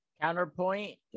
Counterpoint